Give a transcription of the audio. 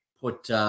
put